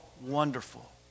Wonderful